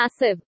massive